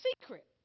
secret